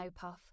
Snowpuff